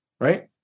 right